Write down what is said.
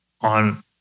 on